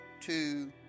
two